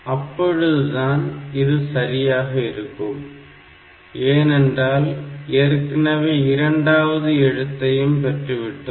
அப்பொழுதுதான் இது சரியாக இருக்கும் ஏனென்றால் ஏற்கனவே இரண்டாவது எழுத்தையும் பெற்றுவிட்டோம்